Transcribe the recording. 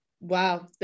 wow